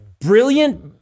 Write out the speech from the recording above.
brilliant